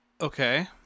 Okay